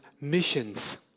missions